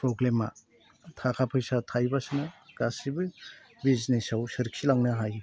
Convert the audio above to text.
फ्रब्लेमा थाखा फैसा थायोबासो ना गासैबो बिजनेसाव सोरखिलांनो हायो